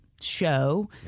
show